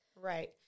Right